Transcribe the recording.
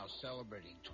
celebrating